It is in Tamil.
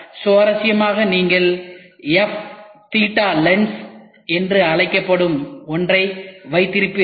சுவாரஸ்யமாக நீங்கள் எஃப் தீட்டா லென்ஸ் என்று அழைக்கப்படும் ஒன்றை வைத்திருப்பீர்கள்